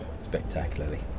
spectacularly